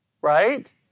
right